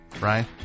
right